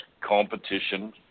competition